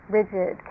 rigid